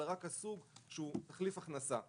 אלא רק הסוג שהחליף הכנסה.